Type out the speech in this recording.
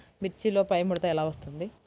మిర్చిలో పైముడత ఎలా వస్తుంది?